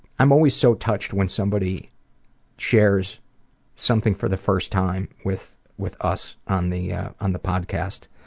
i'm always so touched when somebody shares something for the first time with with us on the yeah on the podcast.